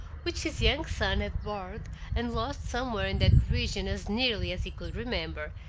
which his young son had borrowed and lost somewhere in that region as nearly as he could remember,